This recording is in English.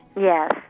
Yes